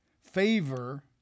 favor